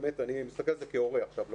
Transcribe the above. באמת אני מסתכל על זה כהורה עכשיו,